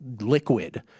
liquid